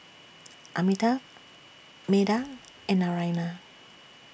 Amitabh Medha and Naraina